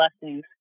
blessings